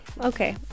Okay